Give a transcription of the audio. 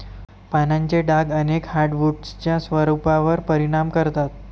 पानांचे डाग अनेक हार्डवुड्सच्या स्वरूपावर परिणाम करतात